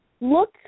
Look